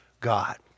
God